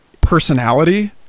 personality